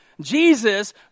Jesus